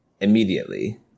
immediately